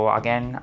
again